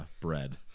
bread